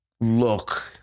Look